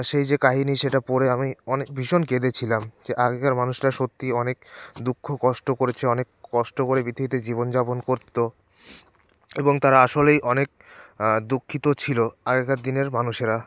সেই যে কাহিনি সেটা পড়ে আমি অনেক ভীষণ কেঁদেছিলাম যে আগেকার মানুষরা সত্যিই অনেক দুঃখ কষ্ট করেছে অনেক কষ্ট করে পৃথিবীতে জীবনযাপন করত এবং তারা আসলেই অনেক দুঃখিত ছিল আগেকার দিনের মানুষেরা